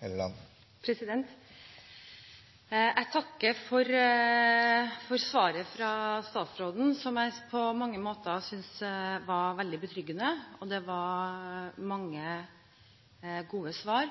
barnevern. Jeg takker for svaret fra statsråden, som jeg på mange måter synes var veldig betryggende. Det var mange gode svar.